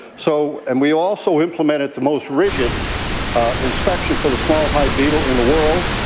so and we also implemented the most rigid inspection for the small hive beetle in the world.